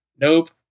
Nope